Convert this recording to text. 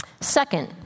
Second